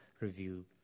review